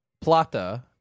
Plata